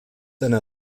einer